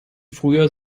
frühjahr